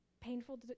painful